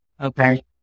Okay